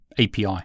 API